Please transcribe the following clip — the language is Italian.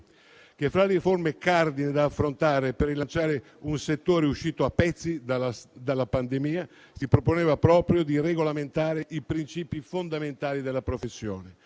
che, fra le riforme cardine da affrontare per rilanciare un settore uscito a pezzi dalla pandemia, si proponeva proprio di regolamentare i principi fondamentali della professione,